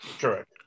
Correct